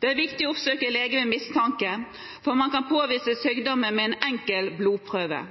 Det er viktig å oppsøke lege ved mistanke, for man kan påvise sykdommen med en enkel blodprøve.